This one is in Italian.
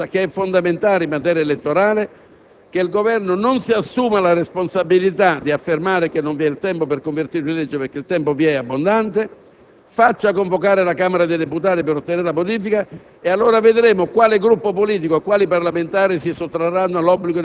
Chiediamo che il Senato lo modifichi per ripristinare il principio di eguaglianza, che è fondamentale in materia elettorale, e che il Governo non si assuma la responsabilità di affermare che non vi è il tempo per convertirlo in legge perché il tempo vi è ed è abbondante;